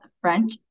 french